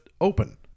open